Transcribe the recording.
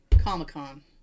Comic-Con